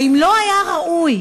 האם לא היה ראוי,